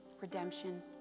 Redemption